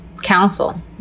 counsel